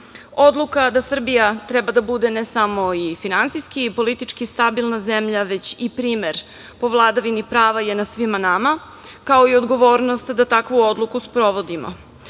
da Srbija treba da bude ne samo finansijski i politički stabilna zemlja, već i primer po vladavini prava je na svima nama, kao i odgovornost da takvu odluku sprovodimo. Kandidatima